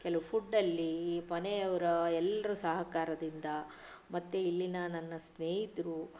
ಕೆಲವು ಫ಼ುಡ್ಡಲ್ಲಿ ಈ ಮನೆಯವರ ಎಲ್ಲರ ಸಹಕಾರದಿಂದ ಮತ್ತೆ ಇಲ್ಲಿನ ನನ್ನ ಸ್ನೇಹಿತರು